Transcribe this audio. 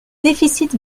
déficit